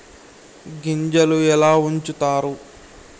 గింజలు ఎలా ఉంచుతారు?